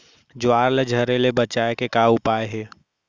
ज्वार ला झरे ले बचाए के का उपाय हे?